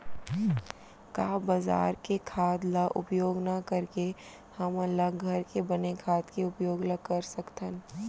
का बजार के खाद ला उपयोग न करके हमन ल घर के बने खाद के उपयोग ल कर सकथन?